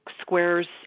squares